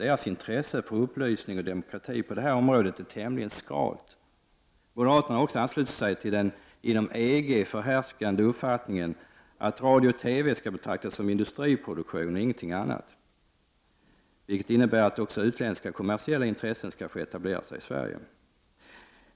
Deras intresse för upplysning och demokrati på detta område är tämligen skralt. Moderaterna har också anslutit sig till den inom EG förhärskande uppfattningen att radio och TV skall betraktas som industriproduktion och ingenting annat, vilket innebär att också utländska kommersiella intressen skall få etablera sig i Sverige.